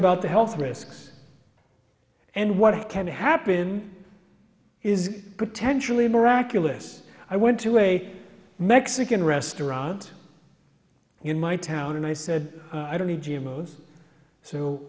about the health risks and what can happen is potentially miraculous i went to a mexican restaurant in my town and i said i don't